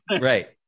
Right